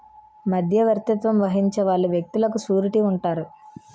మధ్యవర్తిత్వం వహించే వాళ్ళు వ్యక్తులకు సూరిటీ ఉంటారు